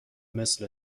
مثل